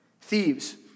Thieves